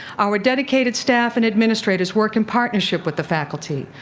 our dedicated staff and administrators work in partnership with the faculty.